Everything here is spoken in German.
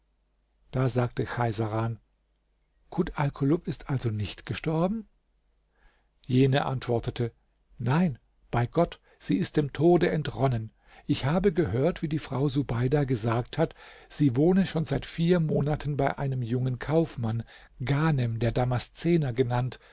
da sagte cheisaran kut alkulub ist also nicht gestorben jene antwortete nein bei gott sie ist dem tode entronnen ich habe gehört wie die frau subeida gesagt hat sie wohne schon seit vier monaten bei einem jungen kaufmann ghanem der damaszener genannt